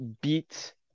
beat